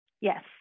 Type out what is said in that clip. yes